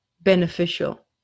beneficial